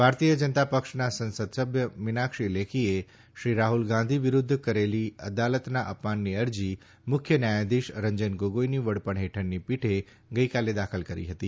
ભારતીય જનતા પક્ષના સંસદસભ્ય મીનાક્ષી લેખીએ શ્રી રાફલ ગાંધી વિરૂદ્વ કરેલી અદાલતના અપમાનની અરજી મુખ્ય ન્યાયાધીશ રંજન ગોગોઇની વડપણ હેઠળની પીઠે આજે દાખલ કરી હતી